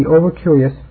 over-curious